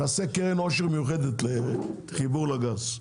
נעשה קרן עושר מיוחדת לחיבור לגז.